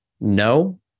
no